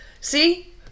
See